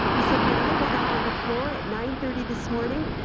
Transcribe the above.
he said when i went out on the floor at nine thirty this morning,